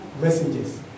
messengers